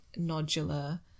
nodular